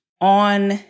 on